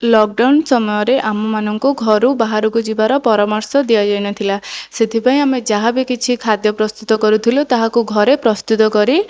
lockdown ସମୟରେ ଆମମାନଙ୍କୁ ଘରୁ ବାହାରକୁ ଯିବାର ପରାମର୍ଶ ଦିଆଯାଇ ନ ଥିଲା ସେଥିପାଇଁ ଆମେ ଯାହାବି କିଛି ଖାଦ୍ୟ ପ୍ରସ୍ତୁତ କରୁଥିଲୁ ତାହାକୁ ଘରେ ପ୍ରସ୍ତୁତ କରି